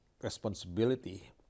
responsibility